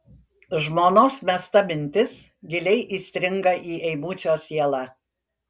žmonos mesta mintis giliai įstringa į eimučio sielą